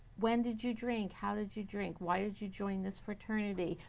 when did you drink? how did you drink? why did you join us fraternity?